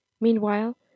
Meanwhile